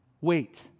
wait